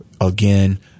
again